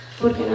porque